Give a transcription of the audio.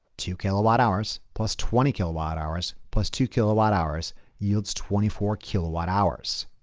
two kilowatt hours plus twenty kilowatt hours, plus two kilowatt hours yields twenty four kilowatt hours.